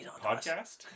podcast